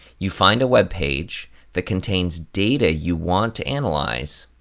you find a web page that contains data you want to analyze,